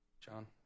John